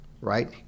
right